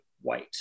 white